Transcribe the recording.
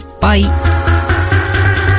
Bye